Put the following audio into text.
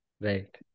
Right